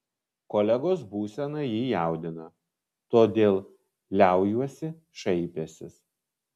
kolegos būsena jį jaudina todėl liaujuosi šaipęsis